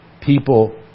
people